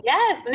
Yes